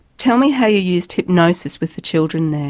tell me how you used hypnosis with the children there.